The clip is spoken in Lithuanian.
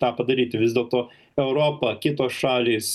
tą padaryti vis dėlto europa kitos šalys